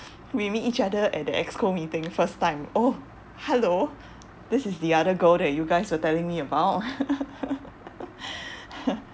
we meet each other at the exco meeting first time oh hello this is the other girl that you guys were telling me about